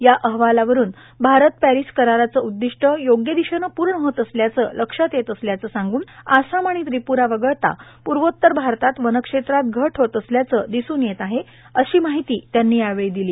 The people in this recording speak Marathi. या अहवालावरून भारत पॅरिस कराराचं उद्दिष्ट योग्य दिशेनं पूर्ण होत असल्याचं लक्षात येत असल्याचं सांगून आसाम आणि त्रिपूर्य वगळता पूर्वोत्तर भारतात वनक्षेत्रात घट होत असल्याचं दिसून येत आहे अशी माहिती त्यांनी यावेळी दिली